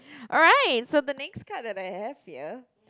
alright so the next card that I have here